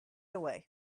away